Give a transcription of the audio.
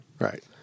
Right